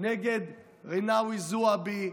נגד רינאוי זועבי,